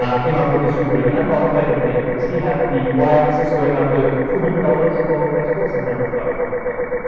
ah came up with this rubric. and i modified it a bit because he had the y axis going up the two hundred dollars for textbooks and it now it's about four hundred dollars.